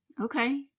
Okay